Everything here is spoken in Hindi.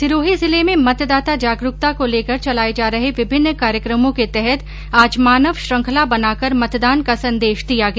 सिरोही जिले में मतदाता जागरूकता को लेकर चलाये जा रहे विभिन्न कार्यक्रमों के तहत आज मानव श्रृंखला बनाकर मतदान का संदेश दिया गया